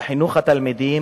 בחינוך התלמידים,